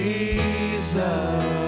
Jesus